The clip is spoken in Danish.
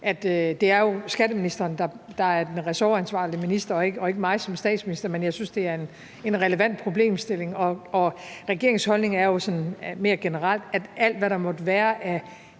det jo er skatteministeren, der er ressortansvarlig minister og ikke mig som statsminister. Men jeg synes, det er en relevant problemstilling, og regeringens holdning er sådan mere generelt, at alt, hvad der måtte være af